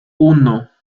uno